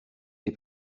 est